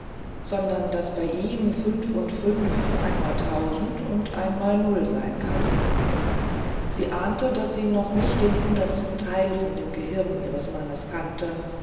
sondern daß bei ihm fünf und fünf einmal tausend und einmal null sein kann sie ahnte daß sie noch nicht den hundertsten teil von dem gehirn ihres mannes kannte